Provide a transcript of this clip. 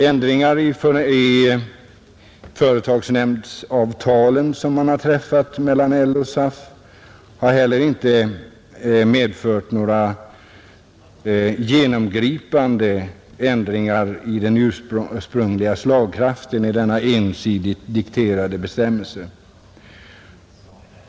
Ändringar i företagsnämndsavtalen som träffats mellan LO och SAF har inte heller medfört några genomgripande ändringar i den ursprungliga slagkraften i denna ensidigt dikterande bestämmelse.